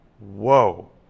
whoa